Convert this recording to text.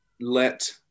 let